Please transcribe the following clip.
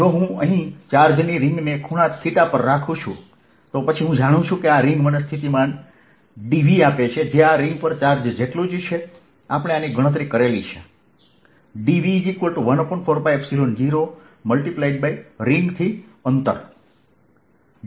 જો હું અહીં ચાર્જની રીંગને ખુણા પર રાખુ છું તો પછી હું જાણું છું કે આ રીંગ મને સ્થિતિમાન dV આપે છે જે આ રિંગ પર ચાર્જ જેટલું જ છે આપણે આની ગણતરી કરી છે